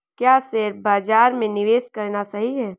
क्या शेयर बाज़ार में निवेश करना सही है?